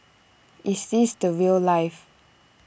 is this the rail life